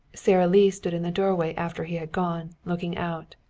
sara lee stood in the doorway after he had gone, looking out.